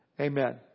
Amen